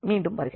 மீண்டும் வருக